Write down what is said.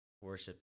worship